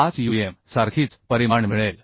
5um सारखीच परिमाण मिळेल